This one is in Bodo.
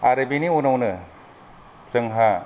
आरो बिनि उनावनो जोंहा